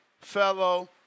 fellow